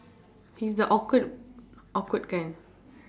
he 's the awkward awkward kind